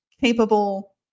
capable